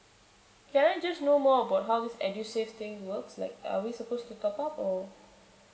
can I just know more how this edusave thing works like are we supposed to top up or